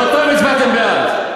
באותו יום הצבעתם בעד.